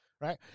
right